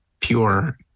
pure